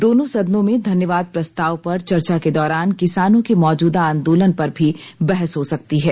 दोनों सदनों में धन्यवाद प्रस्ताव पर चर्चा के दौरान किसानों के मौजूदा आंदोलन पर भी बहस हो सकती है